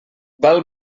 val